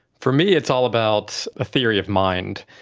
for me it's all about a theory of mind.